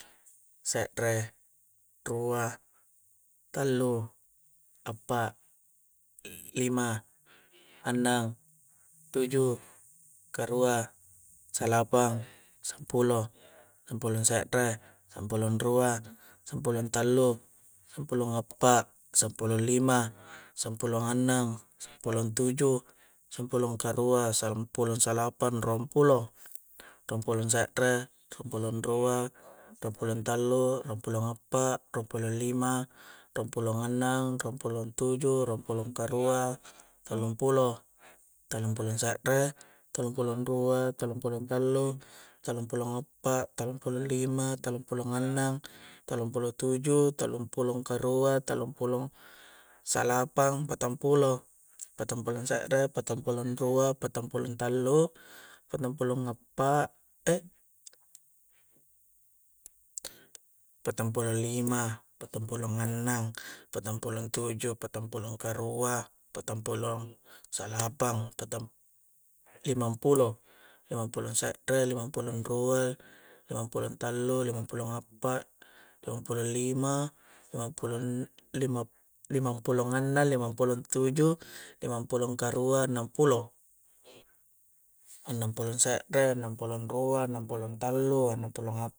Se're, rua, tallu, appa, lima, annang, tuju, karua, salapang, sampulo, sampulong se're, sampulong rua, sampulong tallu, sampulong appa, sampulong lima, sampulong annang, sampulong tuju, sampulong karua, sampulong salapang, ruang pulo, ruang pulo se're, ruang pulo rua, ruang pulo tallu, ruang pulo appa, ruang pulo lima, ruang pulo annang, ruang pulo tuju, ruang pulo karua, tallung pulo, tallung pulo se're, tallung pulo rua, tallung pulo tallu, tallung pulo appa, tallung pulo lima, tallung pulo annang, tallung pulo tuju, tallung pulo karua, tallung pulo salapang, patang pulo, patang pulo se're, patang pulo rua, patang pulo tallu, patang pulo appa ee patang pulo lima, patang pulo annang, patang pulo tuju, patang pulo karua, patang pulo salapang, patang limang pulo, limang pulo se're, limang pulo rua, limang pulo tallu, limang pulo appa, limang pulo lima, limang pulo an-limap-lima pulong annang, limang pulo tuju, limang pulo karua, annang pulo, annang pulo se're, annang pulo rua annang pulo tallu, annang pulo ap